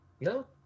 no